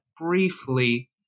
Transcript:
briefly